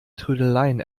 trödeleien